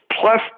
plus